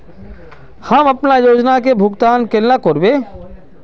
हम अपना योजना के भुगतान केना करबे?